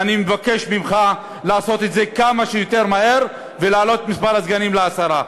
ואני מבקש ממך לעשות את זה כמה שיותר מהר ולהעלות את מספר הסגנים לעשרה.